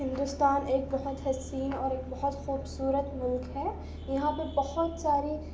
ہندوستان ایک بہت حسین اور ایک بہت خوبصورت ملک ہے یہاں پہ بہت ساری